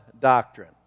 doctrine